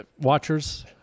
Watchers